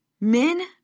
men